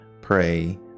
pray